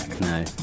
no